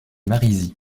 marizys